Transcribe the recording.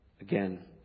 again